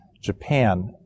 Japan